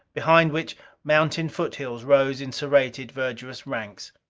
behind which mountain foothills rose in serrated, verdurous ranks.